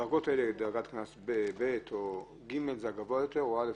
האם דרגת קנס ב' או ג' גבוהות יותר מדרגת קנס א'?